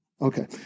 Okay